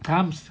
thumbs